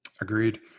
agreed